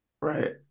Right